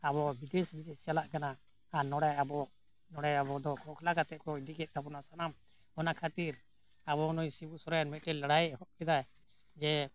ᱟᱵᱚ ᱵᱤᱫᱮᱥ ᱵᱤᱫᱮᱥ ᱪᱟᱞᱟᱜ ᱠᱟᱱᱟ ᱟᱨ ᱱᱚᱸᱰᱮ ᱟᱵᱚ ᱱᱚᱸᱰᱮ ᱟᱵᱚᱫᱚ ᱠᱚᱞᱟ ᱠᱟᱛᱮ ᱠᱚ ᱤᱫᱤ ᱠᱮᱫ ᱛᱟᱵᱚᱱᱟ ᱥᱟᱱᱟᱢ ᱚᱱᱟ ᱠᱷᱟᱹᱛᱤᱨ ᱟᱵᱚ ᱱᱩᱭ ᱥᱤᱵᱩ ᱥᱚᱨᱮᱱ ᱢᱤᱫᱴᱮᱡ ᱞᱟᱹᱲᱦᱟᱹᱭᱮ ᱮᱦᱚᱵ ᱠᱮᱫᱟᱭ ᱡᱮ